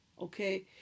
okay